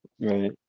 right